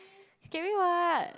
scary what